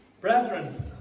Brethren